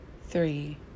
three